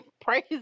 praise